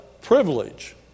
privilege